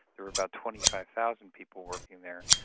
there were about twenty five thousand people working there,